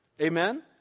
Amen